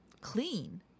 clean